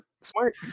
smart